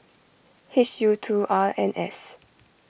H U two R N S